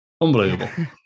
Unbelievable